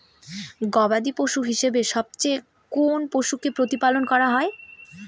গবাদী পশু হিসেবে সবচেয়ে কোন পশুকে প্রতিপালন করা হয়?